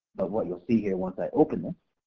but what you'll see here once i open it,